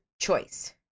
choice